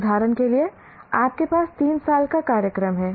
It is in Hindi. उदाहरण के लिए आपके पास 3 साल का कार्यक्रम है